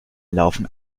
laufen